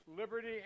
Liberty